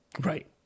Right